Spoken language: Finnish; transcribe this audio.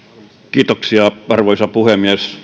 kiitoksia arvoisa puhemies